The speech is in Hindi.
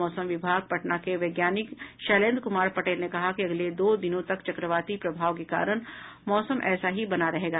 मौसम विभाग पटना के वैज्ञानिक शैलेन्द्र कुमार पटेल ने कहा कि अगले दो दिनों तक चक्रवाती प्रभाव के कारण मौसम ऐसा ही बना रहेगा